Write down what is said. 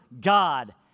God